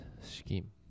scheme